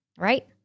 Right